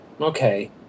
Okay